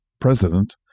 president